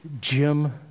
Jim